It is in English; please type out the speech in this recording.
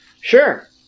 sure